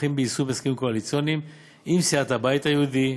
הכרוכים ביישום ההסכמים הקואליציוניים עם סיעת הבית היהודי,